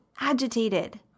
agitated